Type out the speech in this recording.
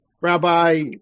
Rabbi